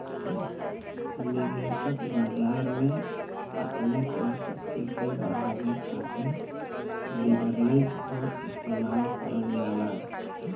निवेशक बाजार में अपनी क्रय शक्ति के बढ़ावे खातिर लीवरेज क इस्तेमाल करल जाला